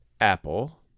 Apple